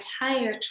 entire